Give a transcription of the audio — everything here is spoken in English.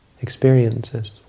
experiences